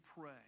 pray